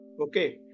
Okay